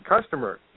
customer